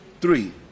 three